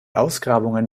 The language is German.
ausgrabungen